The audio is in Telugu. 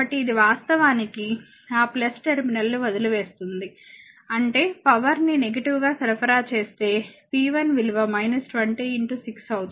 కాబట్టి ఇది వాస్తవానికి ఆ టెర్మినల్ను వదిలివేస్తుంది ఈ అంటే పవర్ ని నెగిటివ్ గా సరఫరా చేస్తే p1 విలువ 20 6 అవుతుంది